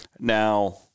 Now